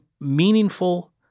meaningful